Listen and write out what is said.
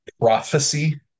prophecy